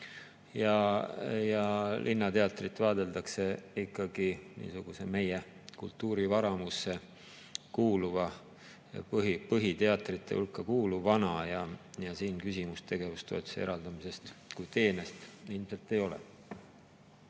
Linnateatrit vaadeldakse ikkagi niisuguse meie kultuurivaramusse kuuluvana, põhiteatrite hulka kuuluvana, ja siin küsimust tegevustoetuse eraldamisest kui teenest ilmselt ei ole.